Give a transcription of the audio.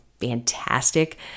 fantastic